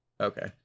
okay